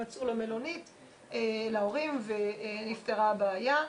מצאו מלונית להורים ונפתרה הבעיה.